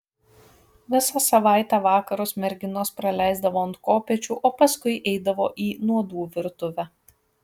visą savaitę vakarus merginos praleisdavo ant kopėčių o paskui eidavo į nuodų virtuvę